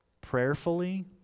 prayerfully